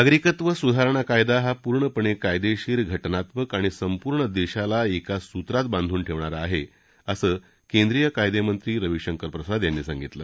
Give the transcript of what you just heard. नागरिकत्व सुधारणा कायदा हा पूर्णपणे कायदेशीर घटनात्मक आणि संपूर्ण देशाला एका सूत्रात बांधून ठेवणारा आहे असं केंद्रीय कायदेमंत्री रविशंकर प्रसाद यांनी सांगितलं